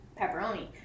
Pepperoni